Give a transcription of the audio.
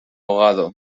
ahogado